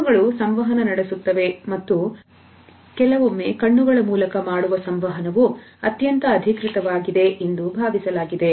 ಕಣ್ಣುಗಳು ಸಂವಹನ ನಡೆಸುತ್ತವೆ ಮತ್ತು ಕೆಲವೊಮ್ಮೆ ಕಣ್ಣುಗಳ ಮೂಲಕ ಮಾಡುವ ಸಂವಹನವು ಅತ್ಯಂತ ಅಧಿಕೃತವಾಗಿ ಎಂದು ಭಾವಿಸುತ್ತಾರೆ